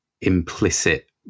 implicit